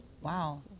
Wow